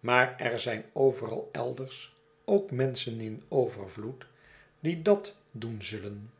maar er zijn overal elders ook menschen in overvioed die dat doen zullen